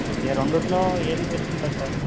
okay రెండింటిలో ఏది best ఉంటుంది సార్